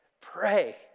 pray